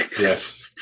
Yes